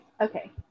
Okay